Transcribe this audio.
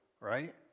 right